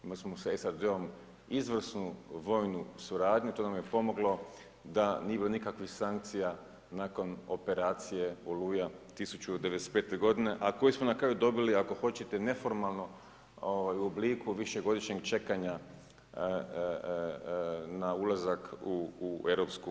Imali smo sa SAD-om izvrsnu vojnu suradnju, to nam je pomoglo da nikakvih sankcija nakon operacije Oluja 1995. godine, a koju smo na kraju dobili ako hoćete neformalno u obliku višegodišnjeg čekanja na ulazak u EU.